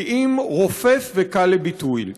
כי אם רופף וקל לביטול.